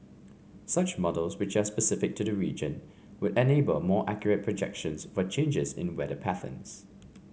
such models which are specific to the region would enable more accurate projections for changes in weather patterns